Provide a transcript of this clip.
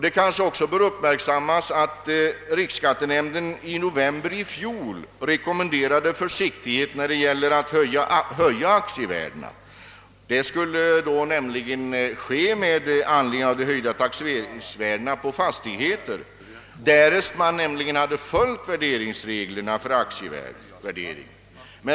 Det kanske också bör uppmärksammas att riksskattenämnden i november i fjol rekommenderade försiktighet med att höja aktievärdena, Detta skulle då göras med anledning av de höjda taxeringsvärdena på fastigheter, därest man hade följt värderingsreglerna för aktievärdering.